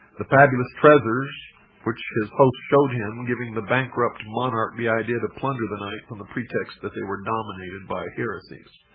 the fabulous treasures which his host showed him giving the bankrupt monarch the idea to plunder the knights on the pretext that they were dominated by heresies.